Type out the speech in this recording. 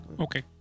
Okay